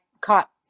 caught